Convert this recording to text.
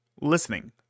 listening